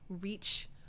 reach